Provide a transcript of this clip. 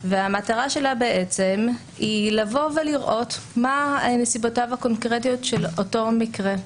והמטרה שלה היא לראות מה נסיבותיו הקונקרטיות של אותו מקרה.